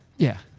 yeah.